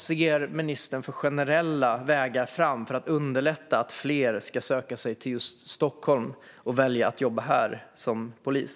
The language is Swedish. Vilka generella vägar ser ministern för att underlätta för att fler ska söka sig till just Stockholm och välja att jobba här som polis?